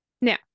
Now